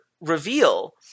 reveal